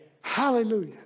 Hallelujah